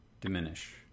diminish